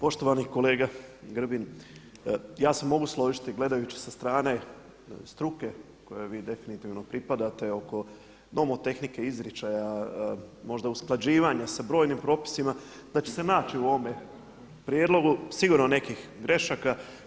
Poštovani kolega Grbin, ja se mogu složiti gledajući sa strane struke kojoj vi definitivno pripadate oko nomotehnike, izričaja, možda usklađivanja sa brojnim propisima da će se naći u ovome prijedlogu sigurno nekih grešaka.